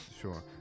sure